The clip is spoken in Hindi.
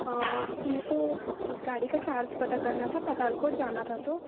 हाँ हमको गाड़ी का चार्ज पता करना था पठानकोट जाना था तो